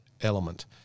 element